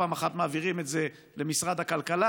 פעם אחת מעבירים את זה למשרד הכלכלה.